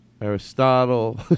Aristotle